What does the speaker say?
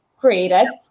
created